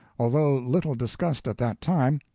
although little discussed at that time,